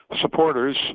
supporters